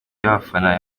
y’abafana